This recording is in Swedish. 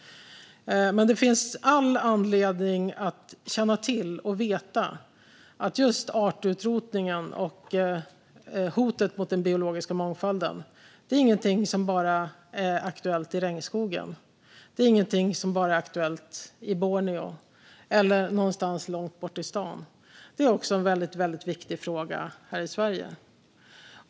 Det finns all anledning att känna till och veta att just artutrotningen och hotet mot den biologiska mångfalden inte är någonting som bara är aktuellt i regnskogen. Det är ingenting som bara är aktuellt i Borneo eller någonstans i Långtbortistan. Det är också en väldigt viktig fråga här i Sverige.